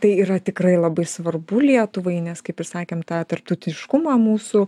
tai yra tikrai labai svarbu lietuvai nes kaip ir sakėm tą tarptautiškumą mūsų